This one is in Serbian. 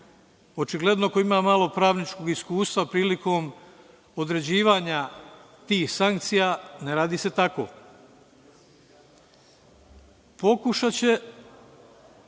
Očigledno, ko ima malo pravničkog iskustva prilikom određivanja tih sankcija ne radi se tako. Pokušaće